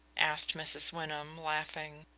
asked mrs. wyndham, laughing.